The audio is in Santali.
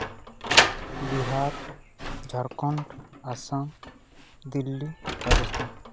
ᱵᱤᱦᱟᱨ ᱡᱷᱟᱲᱠᱷᱚᱸᱰ ᱟᱥᱟᱢ ᱫᱤᱞᱞᱤ ᱨᱟᱡᱚᱥᱛᱷᱟᱱ